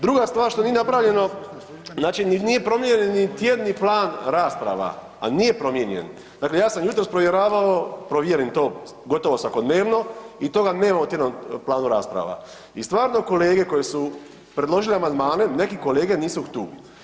Druga stvar što nije napravilo, znači nije promijenjen ni tjedni plan rasprava, a nije promijenjen, dakle ja sam jutros provjeravao, provjerim to gotovo svakodnevno i toga nema u tjednom planu rasprava i stvarno kolege koji su predložili amandmane, neki kolege nisu tu.